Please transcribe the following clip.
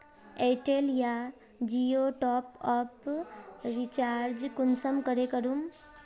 Airtel या जियोर top up recharge कुंसम करे करूम?